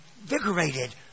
invigorated